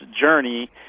journey